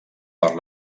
per